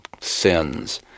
sins